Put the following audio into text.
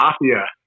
Mafia